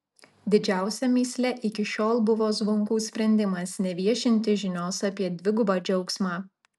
didžiausia mįsle iki šiol buvo zvonkų sprendimas neviešinti žinios apie dvigubą džiaugsmą